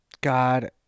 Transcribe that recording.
God